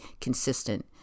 consistent